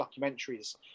documentaries